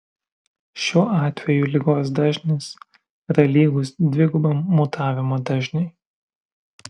šiuo atveju ligos dažnis yra lygus dvigubam mutavimo dažniui